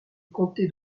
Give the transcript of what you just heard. comté